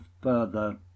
further